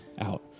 out